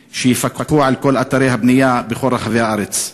שיפקחו על כל אתרי הבנייה בכל רחבי הארץ.